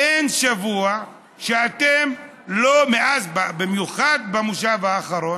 אין שבוע, במיוחד במושב האחרון,